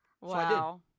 Wow